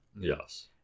Yes